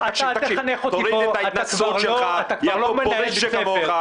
אל תחנך אותי פה, אתה כבר לא מנהל בית ספר.